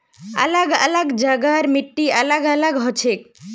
अलग अलग जगहर मिट्टी अलग अलग हछेक